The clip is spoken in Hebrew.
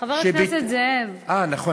חבר הכנסת זאב.